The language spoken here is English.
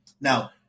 Now